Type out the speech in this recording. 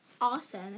awesome